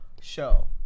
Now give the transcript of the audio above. show